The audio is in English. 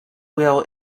wheel